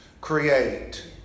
create